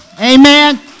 Amen